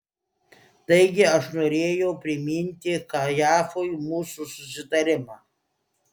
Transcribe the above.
taigi aš norėjau priminti kajafui mūsų susitarimą